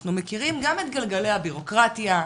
אנחנו מכירים גם את גלגלי הבירוקרטיה,